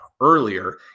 earlier